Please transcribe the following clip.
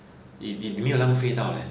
is 你没有浪费到 leh